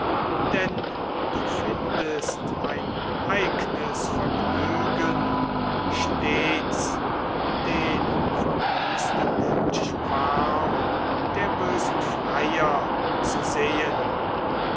denn du findest ein eignes vergnügen stets den verwüstenden schwarm der bösen freier zu sehen